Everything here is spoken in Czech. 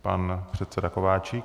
Pan předseda Kováčik.